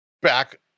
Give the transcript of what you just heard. back